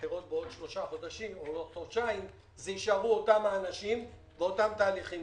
שבבחירות בעוד שלושה חודשים יישארו אותם האנשים ואותם תהליכים.